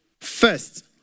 first